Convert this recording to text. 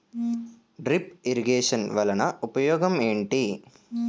drip irrigation వలన ఉపయోగం ఏంటి